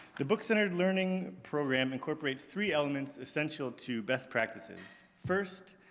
the book-centered learning program incorporates three elements essential to best practices. first,